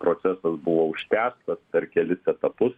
procesas buvo užtęstas per kelis etapus